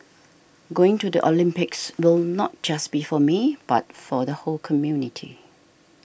going to the Olympics will not just be for me but for the whole community